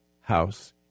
house